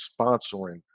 sponsoring